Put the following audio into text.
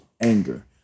anger